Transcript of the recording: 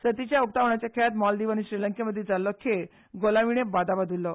सर्तीच्या उक्तावचणाच्या खेळात मालदिव आनी श्रीलंकेमदी जाल्लो खेळ गोला विणे बादाबाद उल्लो